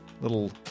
little